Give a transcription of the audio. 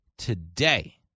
Today